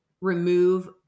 remove